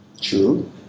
True